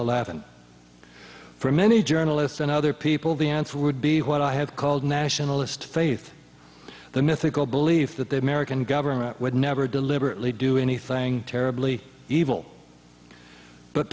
eleven for many journalists and other people the answer would be what i have called nationalist faith the mythical belief that the american government would never deliberately do anything terribly evil but